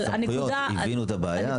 הנקודה --- הבינו את הבעיה,